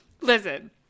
Listen